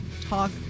talk